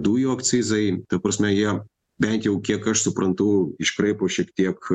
dujų akcizai ta prasme jie bent jau kiek aš suprantu iškraipo šiek tiek